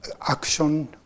action